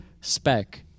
spec